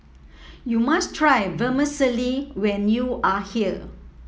you must try Vermicelli when you are here